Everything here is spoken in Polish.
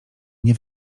nie